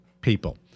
people